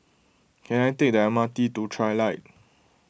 can I take the M R T to Trilight